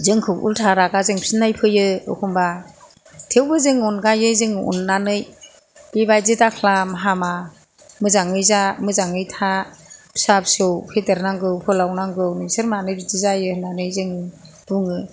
जोंखौ उल्था रागाजोंसिननाय फैयो एखमबा थेवबो जों अनगायो जों अननानै बेबायदि दाख्लाम हामा मोजाङै जा मोजाङै था फिसा फिसौ फेदेरनांगौ फोलावनांगौ नोंसोर मानो बिदि जायो होन्नानै जों बुङो